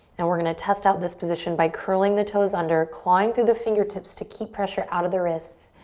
and we're gonna test out this position by curling the toes under, clawing through the fingertips to keep pressure out of the wrists.